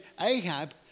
Ahab